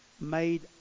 made